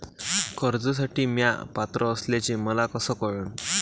कर्जसाठी म्या पात्र असल्याचे मले कस कळन?